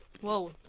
Whoa